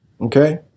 okay